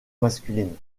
masculine